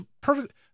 perfect